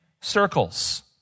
circles